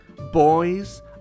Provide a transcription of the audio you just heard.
boys